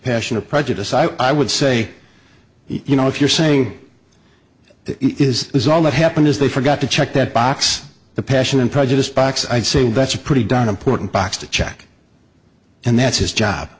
passion or prejudice i would say you know if you're saying is is all that happened is they forgot to check that box the passion and prejudice box i'd say that's a pretty darn important box to check and that's his job